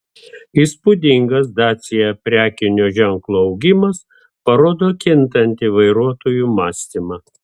įspūdingas dacia prekinio ženklo augimas parodo kintantį vairuotojų mąstymą